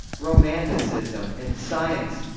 romanticism in science